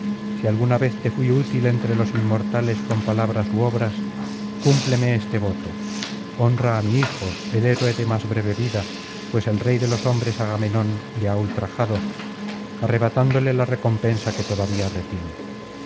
si alguna vez te fui útil entre los inmortales con palabras ú obras cúmpleme este voto honra á mi hijo el héroe de más breve vida pues el rey de hombres agamenón le ha ultrajado arrebatándole la recompensa que todavía retiene